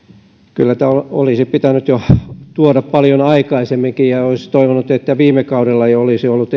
kyllä tämä olisi pitänyt tuoda jo paljon aikaisemminkin ja olisi toivonut että viime kaudella tämä olisi jo ollut